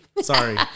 Sorry